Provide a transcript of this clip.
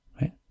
Right